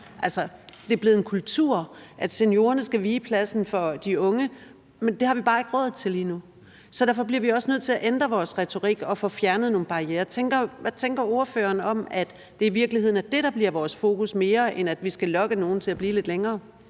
det er blevet en kultur, at seniorerne skal vige pladsen for de unge. Men det har vi bare ikke råd til lige nu. Så derfor bliver vi også nødt til at ændre vores retorik og få fjernet nogle barrierer. Hvad tænker ordføreren om at det i virkeligheden mere er det, der bliver vores fokus, end at vi skal lokke nogle til at blive lidt længere?